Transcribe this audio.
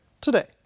today